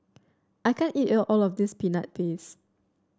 I can't eat all of this Peanut Paste